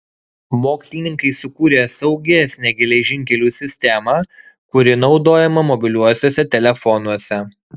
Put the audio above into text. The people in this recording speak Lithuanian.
mokslininkai sukūrė saugesnę geležinkelių sistemą kuri naudojama mobiliuosiuose telefonuose